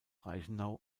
reichenau